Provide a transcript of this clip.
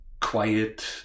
quiet